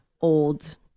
old